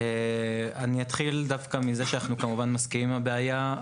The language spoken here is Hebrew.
אני אתחיל דווקא מזה שאנחנו כמובן מסכימים עם הבעיה,